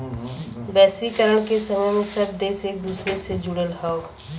वैश्वीकरण के समय में सब देश एक दूसरे से जुड़ल हौ